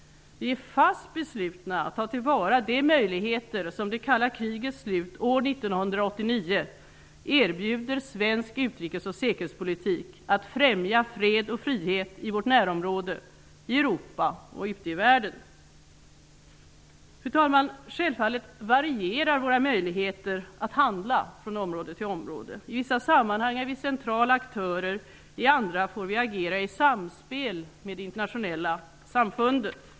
Vi är fast beslutna att ta till vara de möjligheter som det kalla krigets slut år 1989 erbjuder svensk utrikes och säkerhetspolitik att främja fred och frihet i vårt närområde, i Europa och ute i världen. Fru talman! Självfallet varierar våra möjligheter att handla från område till område. I vissa sammanhang är vi centrala aktörer, i andra får vi agera i samspel med det internationella samfundet.